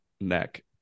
neck